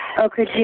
Okay